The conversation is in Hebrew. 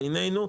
בעינינו,